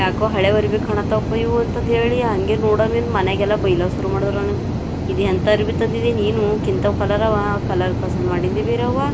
ಯಾಕೋ ಹಳೆವು ಅರಿವಿ ಕಾಣತಪ್ಪ ಇವು ಅಂತದೇಳಿ ಹಂಗೆ ನೋಡಮಿ ಮನೆಗೆಲ್ಲ ಬೈಯ್ಲಾಕ್ಕೆ ಶುರು ಮಾಡಿದ್ರು ನನಗೆ ಇದು ಎಂಥ ಅರಿವಿ ತಂದಿದಿ ನೀನು ಕಿಂತವ್ ಕಲರವ ಕಲರ್ ಪಸಂದ್ ಮಾಡಿಂದಿ ಬೇರೆಯವ್ವ